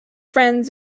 friends